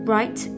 Right